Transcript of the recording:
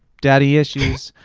daddy issues,